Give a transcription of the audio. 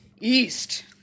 east